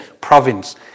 Province